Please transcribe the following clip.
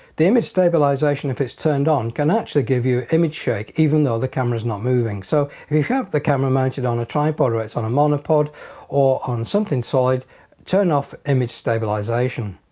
the image stabilization if it's turned on can actually give you image shake even though the cameras not moving. so if you have the camera mounted on a tripod or it's on a monopod or on something solid turn off image stabilization.